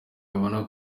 babona